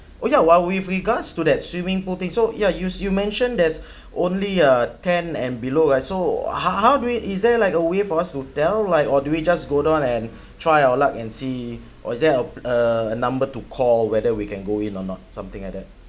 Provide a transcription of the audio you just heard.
oh ya while with regards to that swimming pool thing so you as you mentioned there's only a ten and below right so how how do we is there like a way for us to tell like or do we just go down and try our luck and see or is there a a number to call whether we can go in or not something like that